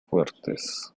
fuertes